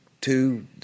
two